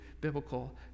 biblical